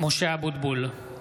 משה אבוטבול,